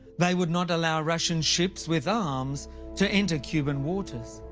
they would not allow russian ships with arms to enter cuban waters.